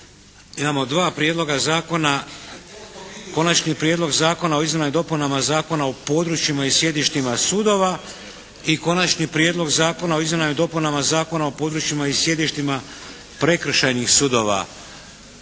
imamo dva prijedloga zakona: - Konačni prijedlog zakona o izmjenama i dopunama Zakona o područjima i sjedištima sudova i - Konačni prijedlog zakona o izmjenama i dopunama Zakona o područjima i sjedištima prekršajnih sudova.